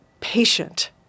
patient